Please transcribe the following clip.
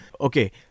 Okay